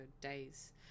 days